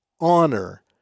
honor